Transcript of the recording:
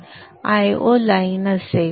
Io line असेल